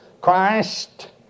Christ